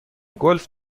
گلف